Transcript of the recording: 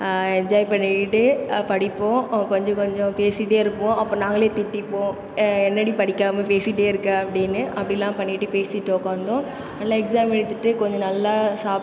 enjoy பண்ணிகிட்டு படிப்போம் கொஞ்சம் கொஞ்சம் பேசிகிட்டே இருப்போம் அப்போ நாங்களே திட்டிப்போம் என்னடி படிக்காமல் பேசிகிட்டே இருக்க அப்படின்னு அப்படிலாம் பண்ணிகிட்டு பேசிகிட்டு உட்காந்தோம் நல்ல எக்ஸாம் எழுதிவிட்டு கொஞ்சம் நல்லா ஜாப்